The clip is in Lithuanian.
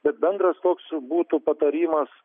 bet bendras koks būtų patarimas